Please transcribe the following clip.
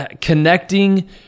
connecting